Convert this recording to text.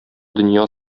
дөнья